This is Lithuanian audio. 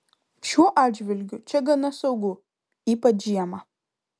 šiuo atžvilgiu čia gana saugu ypač žiemą